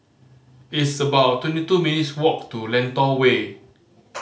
it's about twenty two minutes' walk to Lentor Way